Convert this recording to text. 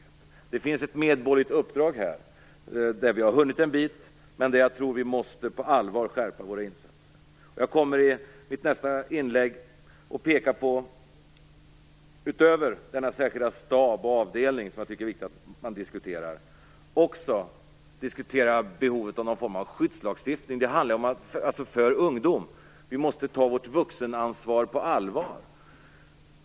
Det finns alltså ett medborgerligt uppdrag, där vi har hunnit en bit men där jag tror att vi på allvar måste skärpa våra insatser. Jag kommer att i mitt nästa inlägg peka på, utöver denna särskilda stab och avdelning som jag tycker är viktig att diskutera, också behovet av något slags skyddslagstiftning för ungdom. Vi måste ta vårt vuxenansvar på allvar.